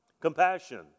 Compassion